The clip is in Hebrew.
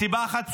מסיבה אחת פשוטה: